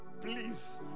please